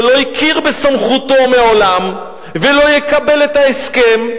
שלא הכיר בסמכותו מעולם ולא יקבל את ההסכם.